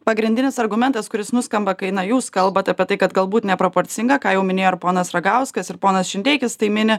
pagrindinis argumentas kuris nuskamba kai na jūs kalbat apie tai kad galbūt neproporcinga ką jau minėjo ir ponas ragauskas ir ponas šindeikis tai mini